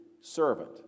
servant